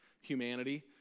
humanity